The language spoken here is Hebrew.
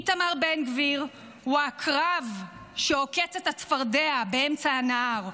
איתמר בן גביר הוא העקרב שעוקץ את הצפרדע באמצע הנהר.